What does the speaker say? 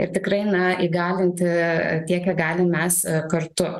ir tikrai na įgalinti tiek kiek galim mes kartu